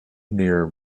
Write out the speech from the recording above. near